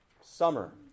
summer